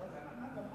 לא רק הנחה, גם אנחה.